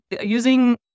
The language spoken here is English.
using